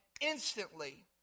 instantly